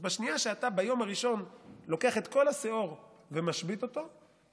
אז בשנייה שאתה ביום הראשון לוקח את כל השאור ומשבית אותו,